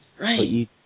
right